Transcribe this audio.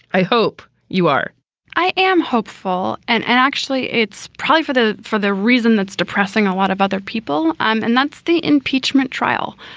i hope you are i am hopeful. and and actually it's private for the for the reason that's depressing a lot of other people. um and that's the impeachment trial.